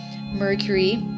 Mercury